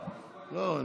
לא.